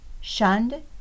shunned